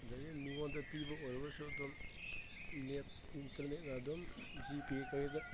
ꯑꯗꯒꯤ ꯃꯤꯉꯣꯟꯗ ꯄꯤꯕ ꯑꯣꯏꯔꯒꯁꯨ ꯑꯗꯨꯝ ꯅꯦꯠ ꯏꯟꯇꯔꯅꯦꯠꯇ ꯑꯗꯨꯝ ꯖꯤ ꯄꯦ ꯀꯔꯤꯗ